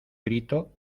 grito